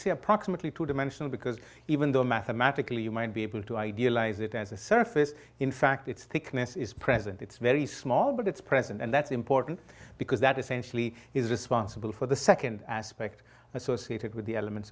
see approximately two dimensional because even though mathematically you might be able to idealize it as a surface in fact its thickness is present it's very small but it's present and that's important because that essentially is responsible for the second aspect associated with the elements